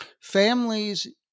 Families